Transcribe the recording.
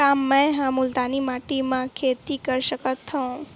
का मै ह मुल्तानी माटी म खेती कर सकथव?